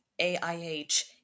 AIH